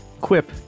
Quip